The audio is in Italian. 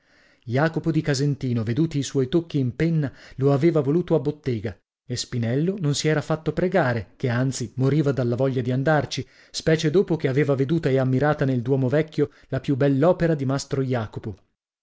jacopo di casentino veduti i suoi tocchi in penna lo aveva voluto a bottega e spinello non si era fatto pregare che anzi moriva dalla voglia di andarci specie dopo che aveva veduta e ammirata nel duomo vecchio la più bell'opera di mastro jacopo